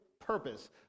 purpose